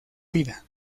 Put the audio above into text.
vida